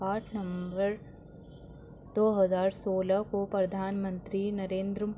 آٹھ نممبر دو ہزار سولہ کو پردھان منتری نریندر